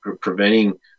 preventing